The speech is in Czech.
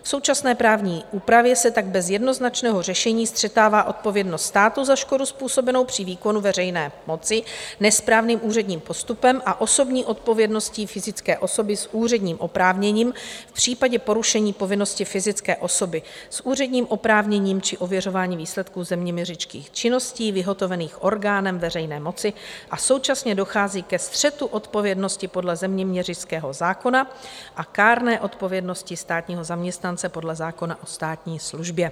V současné právní úpravě se tak bez jednoznačného řešení střetává odpovědnost státu za škodu způsobenou při výkonu veřejné moci, nesprávným úředním postupem a osobní odpovědností fyzické osoby s úředním oprávněním v případě porušení povinnosti fyzické osoby s úředním oprávněním či ověřování výsledků zeměměřických činností vyhotovených orgánem veřejné moci a současně dochází ke střetu odpovědnosti podle zeměměřického zákona a kárné odpovědnosti státního zaměstnance podle zákona o státní službě.